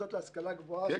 המוסדות להשכלה גבוהה.